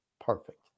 Perfect